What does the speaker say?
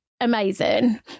amazing